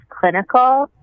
clinical